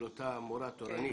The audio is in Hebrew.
של אותה מורה תורנית,